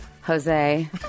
Jose